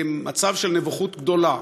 במצב של מבוכה גדולה.